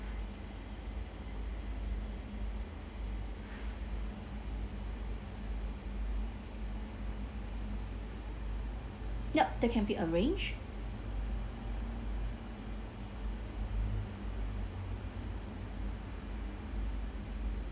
yup that can be arranged